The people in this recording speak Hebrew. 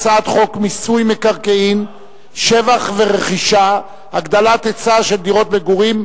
הצעת חוק מיסוי מקרקעין (שבח ורכישה) (הגדלת ההיצע של דירות מגורים,